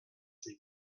ses